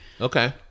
Okay